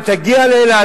אם תגיע לאילת,